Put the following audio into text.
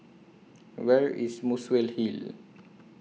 Where IS Muswell Hill